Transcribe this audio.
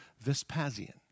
Vespasian